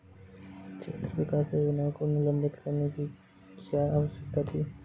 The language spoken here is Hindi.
क्षेत्र विकास योजना को निलंबित करने की क्या आवश्यकता थी?